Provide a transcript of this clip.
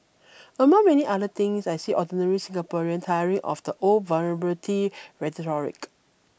among many other things I see ordinary Singaporean tiring of the old vulnerability rhetoric